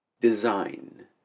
design